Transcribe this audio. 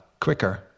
quicker